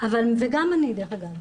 וגם אני דרך אגב.